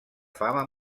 fama